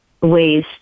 ways